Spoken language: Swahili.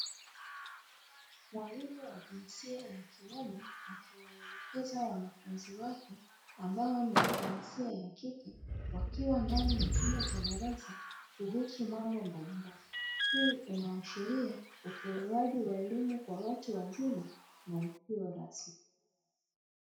Mwalimu wa jinsia ya kiume akiwaelekeza wanafunzi wake ambao ni wa jinsia ya kike wakiwa ndani ya chumba cha darasa kuhusu mambo mbalimbali. Hii inaashiria utoaji wa elimu kwa watu wazima na isiyo rasmi.